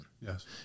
yes